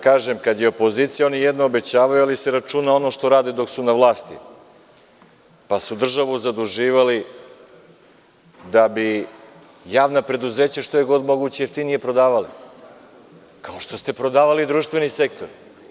Kažem, kada je opozicija, oni jedno obećavaju, ali se računa ono što rade dok su na vlasti, pa su državu zaduživali da bi javna preduzeća, što je god bilo moguće, jeftinije prodavali, kao što ste prodavali društveni sektor.